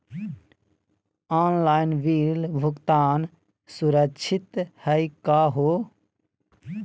Online bill भुगतान सुरक्षित हई का हो?